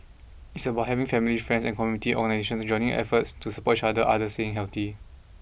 it's about having family friends and community organisations joining efforts to support each other other staying healthy